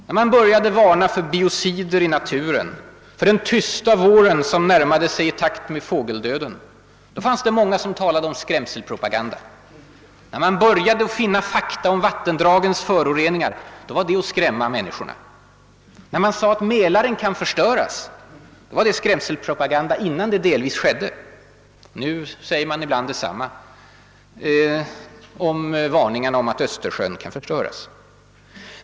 När man började varna för biocider i naturen, för den »tysta våren» som närmade sig i takt med fågeldöden, fanns det många som talade om skrämselpropaganda. När man började finna fakta om vattendragens föroreningar var det att skrämma människorna. När man sade att Mälaren kan förstöras var det skrämselpropaganda — innan det delvis skedde — och när man nu säger detsamma om Östersjön finns det de som tror att det är våldsamma Ööverdrifter.